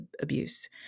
abuse